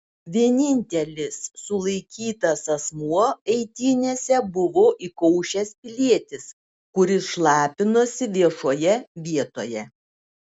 vienintelis sulaikytas asmuo eitynėse buvo įkaušęs pilietis kuris šlapinosi viešoje vietoje